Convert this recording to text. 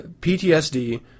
PTSD